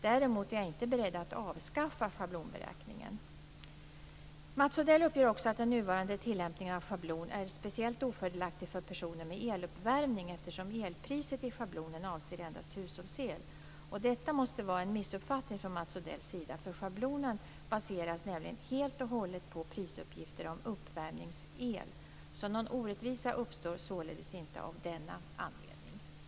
Däremot är jag inte beredd att avskaffa schablonberäkningen. Mats Odell uppger också att den nuvarande tilllämpningen av schablon är speciellt ofördelaktigt för personer med eluppvärmning eftersom elpriset i schablonen avser endast hushållsel. Detta måste vara en missuppfattning från Mats Odells sida. Schablonen baseras nämligen helt och hållet på prisuppgifter om uppvärmningsel. Någon orättvisa uppstår således inte av denna anledning.